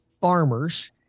farmers